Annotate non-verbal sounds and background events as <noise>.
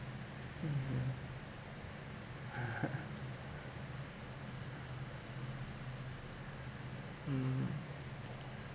mmhmm <laughs> mm